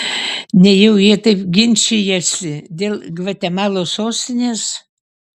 nejau jie taip ginčijasi dėl gvatemalos sostinės